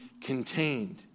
contained